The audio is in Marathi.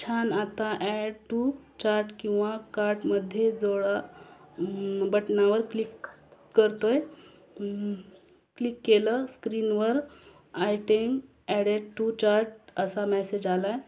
छान आता ॲड टू चार्ट किंवा कार्टमध्ये गोळा बटनावर क्लिक करतो क्लिक केलं स्क्रीनवर आयटेम ॲडेड टू चार्ट असा मॅसेज आला आहे